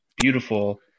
Beautiful